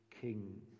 king